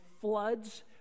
floods